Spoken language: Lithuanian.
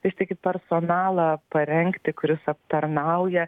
vis tik personalą parengti kuris aptarnauja